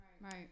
Right